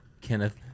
Kenneth